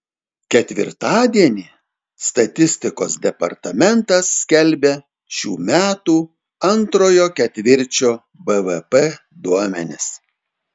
ketvirtadienį statistikos departamentas skelbia šių metų antrojo ketvirčio bvp duomenis